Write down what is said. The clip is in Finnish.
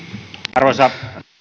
arvoisa puhemies